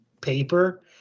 paper